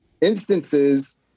instances